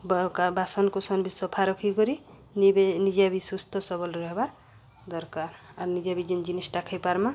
ବାସନ୍କୁୁସନ୍ ବି ସଫା ରଖି କରି ନିଜେ ବି ସୁସ୍ଥସବଲ ରହେବା ଦର୍କାର୍ ଆର୍ ନିଜେ ବି ଯେନ୍ ଜିନିଷ୍ଟା ଖାଇପାର୍ମା